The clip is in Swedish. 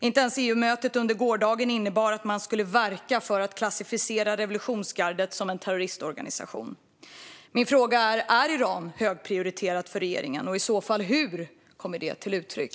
Inte ens EU-mötet under gårdagen innebar att man skulle verka för att klassificera revolutionsgardet som en terroristorganisation. Min fråga är: Är Iran högprioriterat för regeringen, och hur kommer det i så fall till uttryck?